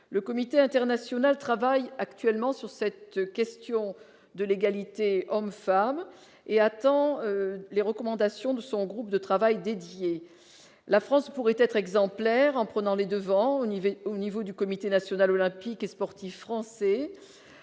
le comité international travaille actuellement sur cette question de l'égalité femme et attend les recommandations de son groupe de travail dédié, la France pourrait être exemplaire en prenant les devants au niveau au niveau du comité national olympique et sportif français,